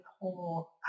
whole